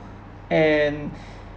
and